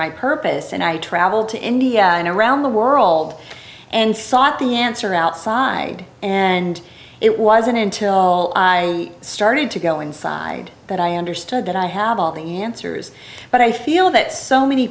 my purpose and i traveled to india and around the world and sought the answer outside and it wasn't until all i started to go inside that i understood that i have all the answers but i feel this many